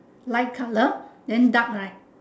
light colour then dark right